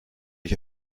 ich